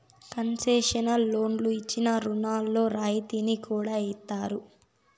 concessional లోన్లు ఇచ్చిన రుణాల్లో రాయితీని కూడా ఇత్తారు